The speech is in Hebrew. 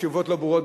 התשובות לא ברורות,